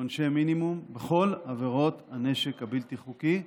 לעונשי מינימום בכל עבירות הנשק הבלתי-חוקי,